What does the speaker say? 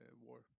war